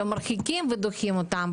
מרחיקים ודוחים אותם,